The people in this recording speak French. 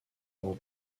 rend